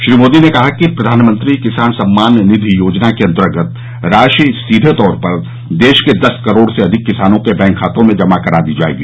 श्री मोदी ने कहा कि प्रधानमंत्री किसान सम्मान निधि योजना के अंतर्गत राशि सीधे तौर पर देश के दस करोड़ से अधिक किसानों के बैंक खातों में जमा करा दी जाएगी